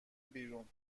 بیرون